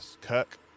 Kirk